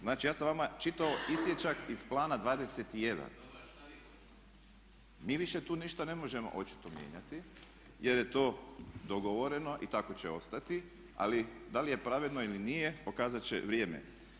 Znači ja sam vama čitao isječak iz Plana 21. … [[Upadica se ne čuje.]] Mi više tu ništa ne možemo očito mijenjati jer je to dogovoreno i tako će ostati ali da li je pravedno ili nije, pokazati će vrijeme.